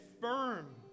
firm